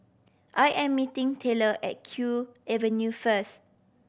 I am meeting Tayler at Kew Avenue first